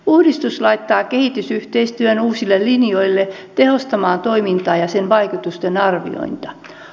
uudistus laittaa kehitysyhteistyön uusille linjoille tehostamaan toimintaa ja sen vaikutusten arviointia